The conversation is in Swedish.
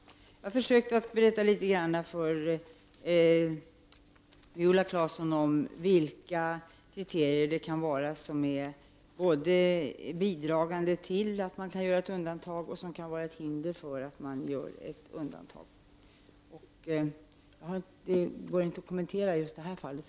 Jag har försökt att berätta litet grand för Viola Claesson om vilka krititerier som kan både vara bidragande till att man kan göra undantag och utgöra hinder för ett undantag. Därutöver kan jag inte kommentera just det här fallet.